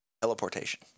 Teleportation